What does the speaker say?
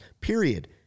period